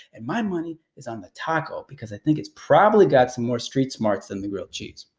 and my money is on the taco because i think its probably got some more street smarts than the grilled cheese.